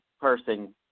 person